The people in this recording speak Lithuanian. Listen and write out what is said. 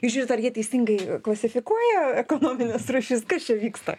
žiūrit ar jie teisingai klasifikuoja ekonomines rūšis kas čia vyksta